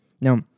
now